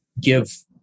give